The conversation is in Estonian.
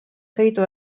sõidu